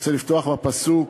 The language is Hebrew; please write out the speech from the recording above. רוצה לפתוח בפסוק: